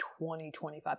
2025